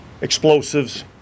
explosives